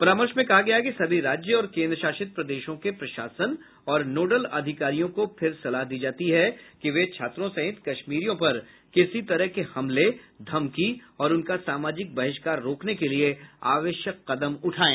परामर्श में कहा गया है कि सभी राज्य और केंद्रशासित प्रदेशों के प्रशासन और नोडल अधिकारियों को फिर सलाह दी जाती है कि वे छात्रों सहित कश्मीरियों पर किसी तरह के हमले धमकी और उनका सामाजिक बहिष्कार रोकने के लिए आवश्यक कदम उठाएं